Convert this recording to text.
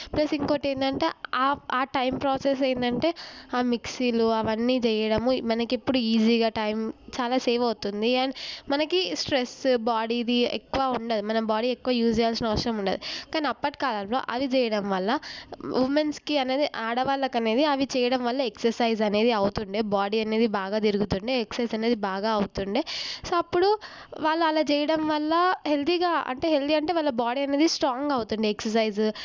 plus ఇంకోకటి ఏంటంటే ఆ టైం ప్రాసెస్ ఏంటంటే ఆ మిక్సీలో అవన్నీ చేయడము మనకి ఇప్పుడు ఈజీగా టైం చాలా సేవ్ అవుతుంది అండ్ మనకి స్ట్రెస్ బాడీది ఎక్కువ ఉండదు మనం బాడీ ఎక్కువ యూజ్ చేయాల్సిన అవసరం ఉండదు కానీ అప్పటికాలంలో అది చేయడం వల్ల ఉమెన్స్కి అనేది ఆడవాళ్ళకు అనేది అవి చేయడం వల్ల ఎక్ససైజ్ అనేది అవుతుండే బాడీ అనేది బాగా తిరుగుతుండే ఎక్ససైజ్ అనేది బాగా అవుతుండే సో అప్పుడు వాళ్ళు అలా చేయడం వల్ల హెల్దిగా అంటే హెల్తీ అంటే వాళ్ళ బాడీ అనేది స్ట్రాంగ్ అవుతుండే ఎక్ససైజ్